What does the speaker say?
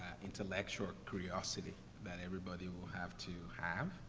intellectual curiosity that everybody will have to have.